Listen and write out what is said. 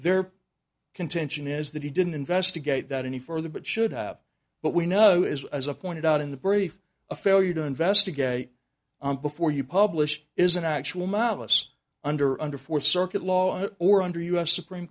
their contention is that he didn't investigate that any further but should have but we know as as a pointed out in the brief a failure to investigate before you publish is an actual malice under under four circuit laws or under u s supreme